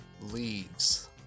Leaves